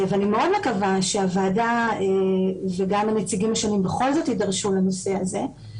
אני מאוד מקווה שהוועדה וגם הנציגים השונים בכל זאת יידרשו לנושא הזה.